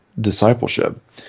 discipleship